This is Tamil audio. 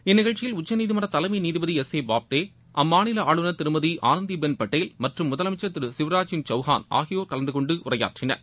இந்நிகழ்ச்சியில் உச்சநீதிமன்றத் தலைமை நீதிபதி எஸ் ஏ பாப்தே அம்மாநில ஆளுநர் திருமதி ஆனந்திபெள் பட்டேல் மற்றும் முதலமைச்சர் திரு சிவ்ராஜ் சிங் செளகான் ஆகியோர் கலந்து கொண்டு உரையாற்றினர்